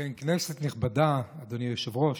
כנסת נכבדה, אדוני היושב-ראש,